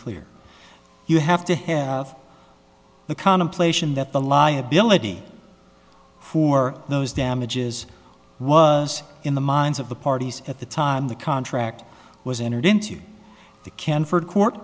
clear you have to have the contemplation that the liability for those damages was in the minds of the parties at the time the contract was entered into the canford court